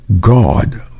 God